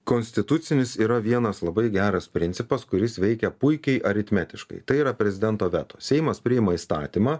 konstitucinis yra vienas labai geras principas kuris veikia puikiai aritmetiškai tai yra prezidento veto seimas priima įstatymą